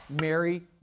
Mary